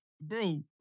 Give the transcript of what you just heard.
Bro